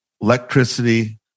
Electricity